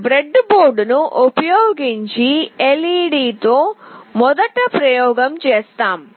ఈ బ్రెడ్ బోర్డ్ను ఉపయోగించి ఎల్ఈడీతో మొదటి ప్రయోగం చేస్తాం